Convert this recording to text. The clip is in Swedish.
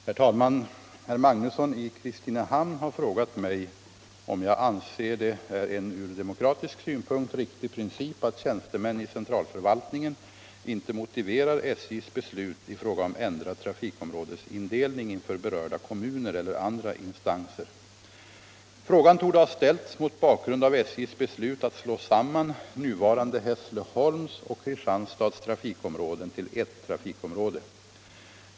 Herr talman! Herr Magnusson i Kristinehamn har frågat mig om jag anser att det är en ur demokratisk synpunkt riktig princip att tjänstemän i centralförvaltningen inte motiverar SJ:s beslut i fråga om ändrad trafikområdesindelning inför berörda kommuner eller andra instanser. Frågan torde ha ställts mot bakgrund av SJ:s beslut att slå samman nuvarande Hässleholms och Kristianstads trafikområden till ett trafikområde.